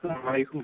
اَلسَلامُ علیکم